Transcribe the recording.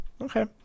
okay